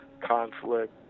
conflict